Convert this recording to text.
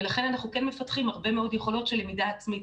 ולכן אנחנו כן מפתחים הרבה מאוד יכולות של למידה עצמית